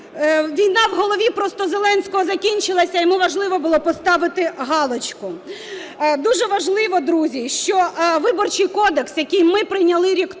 Війна в голові просто Зеленського закінчилася, йому важливо було поставили галочку. Дуже важливо, друзі, що Виборчий кодекс, який ми прийняли рік